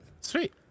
sweet